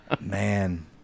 Man